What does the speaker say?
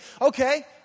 Okay